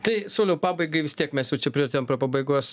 tai sauliau pabaigai vis tiek mes jau čia priartėjom prie pabaigos